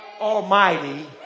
Almighty